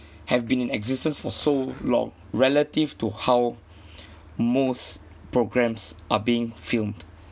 have been in existence for so long relative to how most programmes are being filmed